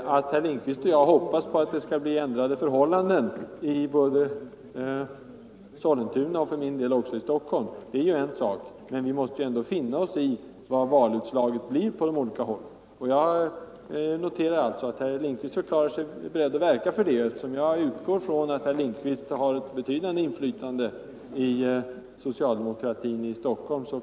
Att herr Lindkvist och jag hoppas att det skall bli ändrade förhållanden i Sollentuna — för min del gäller förhoppningarna också Stockholm — är ju en sak för sig. Vi måste ändå finna oss i valutslaget. Jag konstaterar alltså att herr Lindkvist förklarar sig beredd att verka för detta. Jag utgår från att han har ett betydande inflytande inom socialdemokratin i Stockholm.